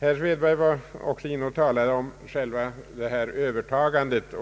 Herr Svedberg talade också om själva övertagandet